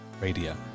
radio